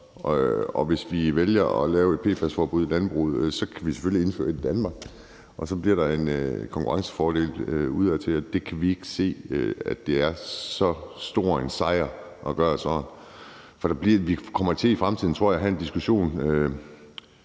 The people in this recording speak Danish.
hvis vi vælger at lave et PFAS-forbud i landbruget, indføre det i Danmark, og så bliver der en konkurrencefordel udadtil, og vi kan ikke se, at det er så stor en sejr at gøre det sådan. For jeg tror også, vi i fremtiden kommer til at have en diskussion